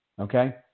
Okay